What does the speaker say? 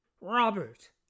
Robert